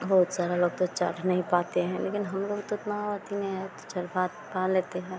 बहुत सारा लोग तो चढ़ नहीं पाते हैं लेकिन हमलोग तो इतना अथी में तो चढ़ पा पा लेते हैं